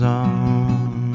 on